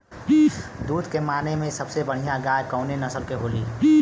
दुध के माने मे सबसे बढ़ियां गाय कवने नस्ल के होली?